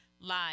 live